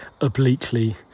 obliquely